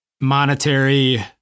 monetary